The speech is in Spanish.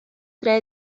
tres